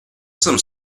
jsem